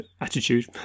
attitude